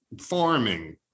farming